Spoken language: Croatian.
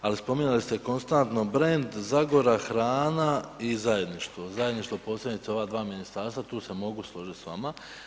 Ali spominjali ste konstantno brend, Zagora, hrana i zajedništvo, zajedništvo posebice u ova dva ministarstva tu se mogu složit s vama.